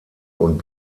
und